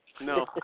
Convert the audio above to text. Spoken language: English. No